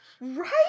Right